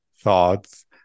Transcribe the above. thoughts